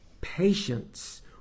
patience